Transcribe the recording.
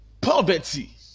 Poverty